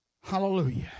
Hallelujah